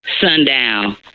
Sundown